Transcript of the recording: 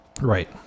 right